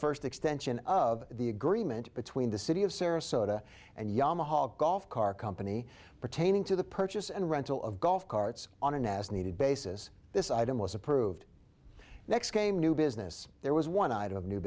first extension of the agreement between the city of sarasota and yamaha golf car company pertaining to the purchase and rental of golf carts on an as needed basis this item was approved next came new business there was one item